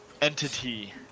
entity